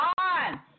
on